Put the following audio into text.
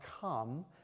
come